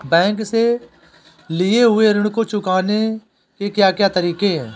Bank से लिए हुए ऋण को चुकाने के क्या क्या तरीके हैं?